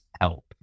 help